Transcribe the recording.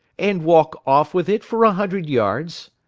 and walk off with it for a hundred yards?